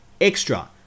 Extra